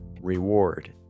reward